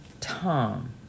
Tom